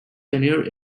tenure